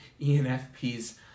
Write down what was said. ENFPs